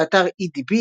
באתר "אידיבי",